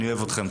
אני אוהב אתכם.